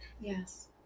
Yes